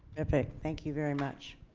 and thank thank you very much.